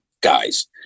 guys